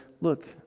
look